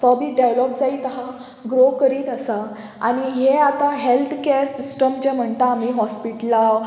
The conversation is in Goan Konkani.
तो बी डेवलोप जायीत आहा ग्रो करीत आसा आनी हे आतां हेल्थ कॅर सिस्टम जें म्हणटा आमी हॉस्पिटलां